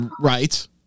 Right